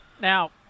Now